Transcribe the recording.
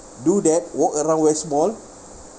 do that walk around west mall